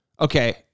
Okay